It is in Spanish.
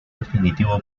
definitivo